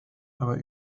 aber